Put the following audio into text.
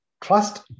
trust